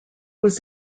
was